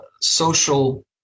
social